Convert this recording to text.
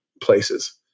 places